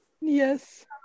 Yes